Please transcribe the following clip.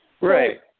Right